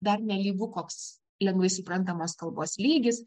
dar nelygu koks lengvai suprantamos kalbos lygis